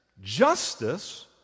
justice